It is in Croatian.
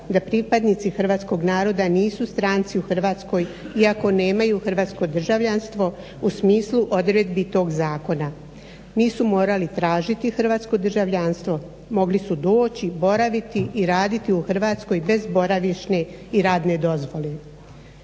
da pripadnici Hrvatskog naroda nisu stranci u Hrvatskoj iako nemaju hrvatsko državljanstvo u smislu odredbi tog zakona. Nisu morali tražiti hrvatsko državljanstvo, mogli su doći, boraviti i raditi u Hrvatskoj bez boravišne i radne dozvole.